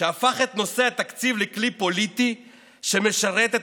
שהפך את נושא התקציב לכלי פוליטי שמשרת את